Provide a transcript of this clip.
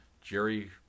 Jerry